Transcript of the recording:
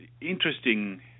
Interesting